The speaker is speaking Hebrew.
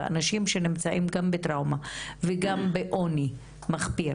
ואנשים שנמצאים גם בטראומה וגם בעוני מחפיר